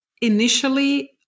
initially